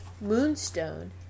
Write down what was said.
Moonstone